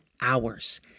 hours